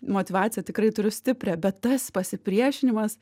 motyvaciją tikrai turiu stiprią bet tas pasipriešinimas